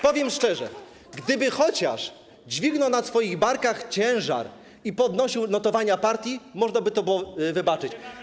Powiem szczerze, gdyby chociaż dźwignął na swoich barkach ciężar i podniósł notowania partii, to można by to było wybaczyć.